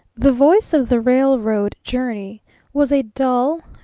the voice of the railroad journey was a dull,